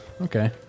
Okay